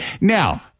Now